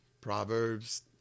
Proverbs